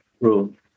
room